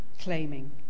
claiming